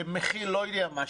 שמכיל לא יודע מה,